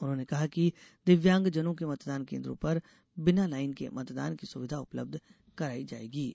उन्होंने कहा कि दिव्यांगजनों के मतदान केन्द्रों पर बिना लाइन के मतदान की सुविधा उपलब्ध कराई जायेगीं